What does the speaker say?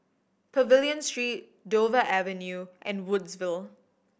Pavilion Street Dover Avenue and Woodsville